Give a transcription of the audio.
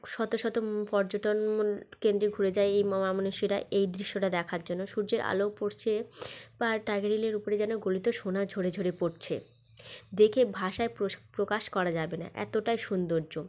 শত শত পর্যটন মন কেন্দ্রে ঘুরে যায় এই মানুষেরা এই দৃশ্যটা দেখার জন্য সূর্যের আলো পড়ছে পাহাড় টাইগার হিলের ওপরে যেন গলিত সোনা ঝরে ঝরে পড়ছে দেখে ভাষায় প্রকাশ করা যাবে না এতোটাই সৌন্দর্য